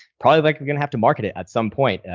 probably like you're gonna have to market it at some point,